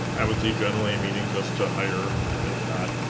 i would say generally a meeting just to hire is not